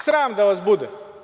Sram da vas bude.